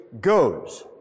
goes